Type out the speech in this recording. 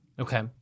Okay